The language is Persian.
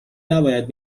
نباید